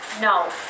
no